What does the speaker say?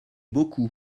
beaucoup